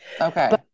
Okay